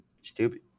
Stupid